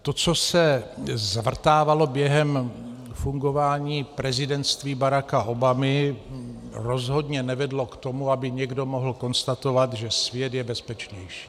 To, co se zvrtávalo během fungování prezidentství Baracka Obamy, rozhodně nevedlo k tomu, aby někdo mohl konstatovat, že svět je bezpečnější.